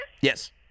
Yes